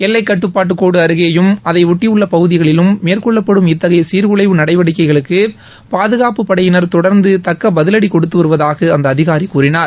எல்லைக்கட்டுப்பாட்டு கோடு அருகேயும் அதையொட்டியுள்ள பகுதிகளிலும் மேற்கொள்ளப்படும் இத்தகைய சீர்குலைவு நடவடிக்கைகளுக்கு பாதுகாப்பு படையினர் தொடர்ந்து தக்க பதிவடி கொடுத்து வருவதாக அந்த அதிகாரி கூறினார்